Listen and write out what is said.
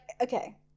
okay